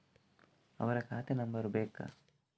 ಅವರ ಖಾತೆ ನಂಬರ್ ಬೇಕಾ?